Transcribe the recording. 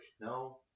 No